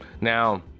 now